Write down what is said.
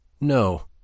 No